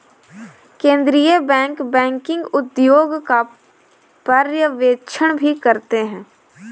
केन्द्रीय bank banking उद्योग का पर्यवेक्षण भी करते हैं